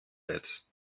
bett